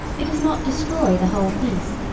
it does not destroy the whole piece,